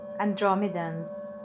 Andromedans